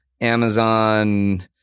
Amazon